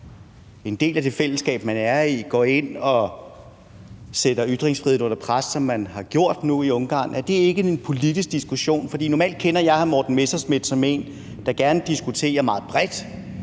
en del af det fællesskab, man er i, går ind og sætter ytringsfriheden under pres, som man har gjort nu i Ungarn: Er det ikke en politisk diskussion? For normalt kender jeg hr. Morten Messerschmidt som en, der gerne diskuterer meget bredt,